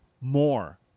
more